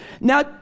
Now